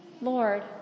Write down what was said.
Lord